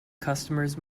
customers